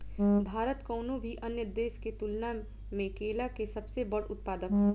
भारत कउनों भी अन्य देश के तुलना में केला के सबसे बड़ उत्पादक ह